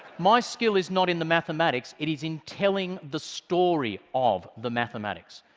my skill is not in the mathematics. it is in telling the story of the mathematics.